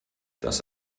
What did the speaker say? das